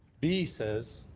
b says